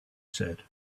said